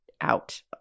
out